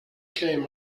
came